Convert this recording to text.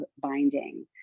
binding